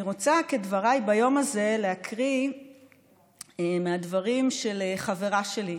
אני רוצה בדבריי ביום הזה להקריא מהדברים של חברה שלי,